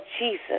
Jesus